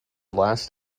last